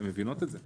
הן מבינות את זה.